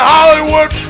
Hollywood